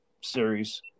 series